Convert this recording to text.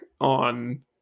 on